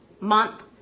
month